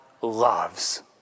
loves